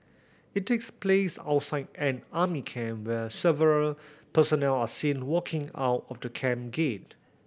it takes place outside an army camp where several personnel are seen walking out of the camp gate